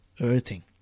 earthing